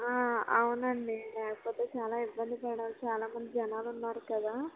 అవునండి లేకపోతే చాలా ఇబ్బంది పడాలి చాలా మంది జనాలు ఉన్నారు కదా